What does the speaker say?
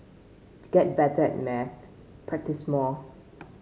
to get better at maths practise more